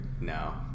no